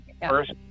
first